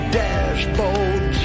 dashboard